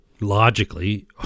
logically